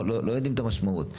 לא יודעים את המשמעות,